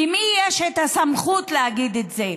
למי יש את הסמכות להגיד את זה?